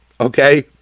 okay